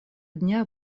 дня